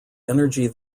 energy